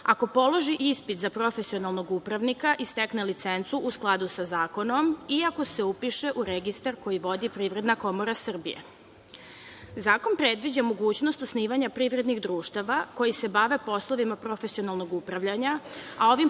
ako položi ispit za profesionalnog upravnika i stekne licencu u skladu sa zakonom i ako se upiše u registar koji vodi Privredna komora Srbije. Zakon predviđa mogućnost osnivanja privrednih društava koja se bave poslovima profesionalnog upravljanja, a ovim